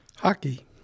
Hockey